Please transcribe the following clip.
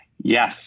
Yes